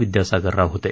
विद्यासागर राव होते